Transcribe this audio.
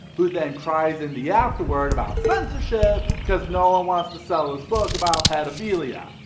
who then cries in the afterword about censorship cause no one wants to sell his book about pedophilia.